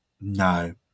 no